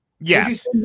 yes